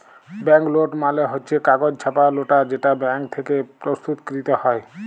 bank note মালে হচ্ছ কাগজে ছাপা লোট যেটা ব্যাঙ্ক থেক্যে প্রস্তুতকৃত হ্যয়